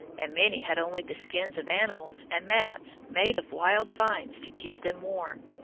and many had only the skins of animals and mats made of wild vines to keep them warm.